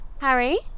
Harry